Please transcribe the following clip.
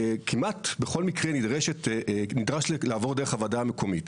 כמעט בכל מקרה נדרש לעבור דרך הוועדה המקומית,